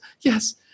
yes